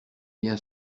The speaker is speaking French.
bien